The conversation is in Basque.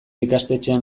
ikastetxean